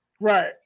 Right